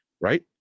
right